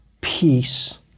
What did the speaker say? peace